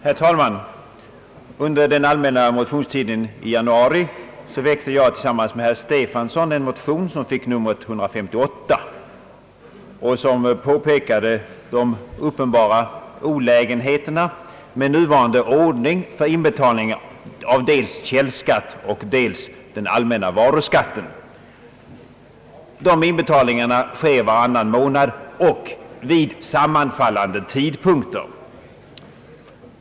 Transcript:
Herr talman! Under den allmänna motionstiden i januari väckte jag tillsammans med herr Stefanson en motion, nr 158, som påpekade de uppenbara olägenheterna med nuvarande ordning för inbetalning av dels källskatten, dels den allmänna varuskatten. Dessa inbetalningar sker varannan månad och vid sammanfallande tidpunkter.